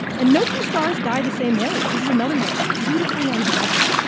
and no two stars die the same way. this is another one, beautifully unraveling.